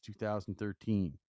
2013